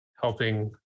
helping